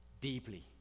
deeply